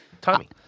Tommy